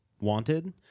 wanted